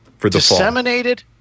Disseminated